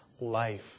life